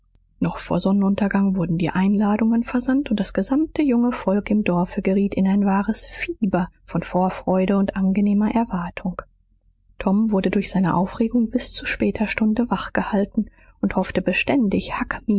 noch vor sonnenuntergang wurden die einladungen versandt und das gesamte junge volk im dorfe geriet in ein wahres fieber von vorfreude und angenehmer erwartung tom wurde durch seine aufregung bis zu später stunde wachgehalten und hoffte beständig